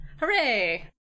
Hooray